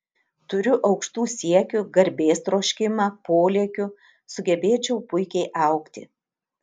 turiu aukštų siekių garbės troškimą polėkių sugebėčiau puikiai augti